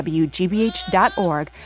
wgbh.org